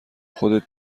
خودت